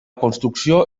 construcció